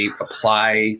apply